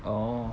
oh